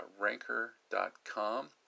Ranker.com